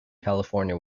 california